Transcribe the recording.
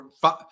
five